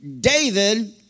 David